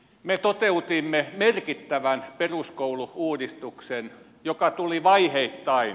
me toteutimme merkittävän peruskoulu uudistuksen joka tuli vaiheittain